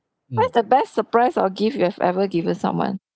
what's the best surprise or gift you have ever given someone